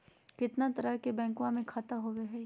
कितना तरह के बैंकवा में खाता होव हई?